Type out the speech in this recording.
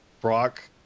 Brock